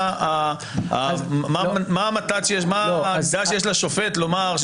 מה העמדה שיש לשופט לומר?